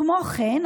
כמו כן,